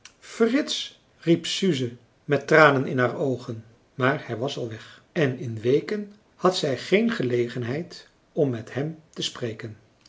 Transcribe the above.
frits riep suze met tranen in haar oogen maar hij was al weg en in weken had zij geen gelegenheid om met hem te spreken